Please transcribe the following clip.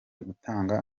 gutanga